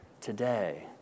Today